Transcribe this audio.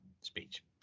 speech